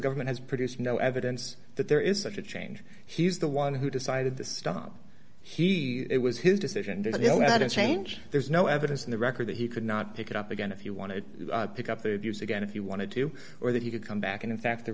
government has produced no evidence that there is such a change he's the one who decided this stop he it was his decision there's no evidence change there's no evidence in the record that he could not pick it up again if you want to pick up the abuse again if you wanted to or that he could come back and in fact the